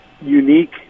unique